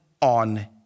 on